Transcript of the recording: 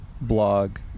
blog